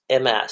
MS